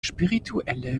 spirituelle